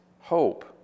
hope